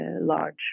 large